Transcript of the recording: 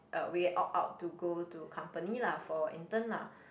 a way opt out to go to company lah for intern lah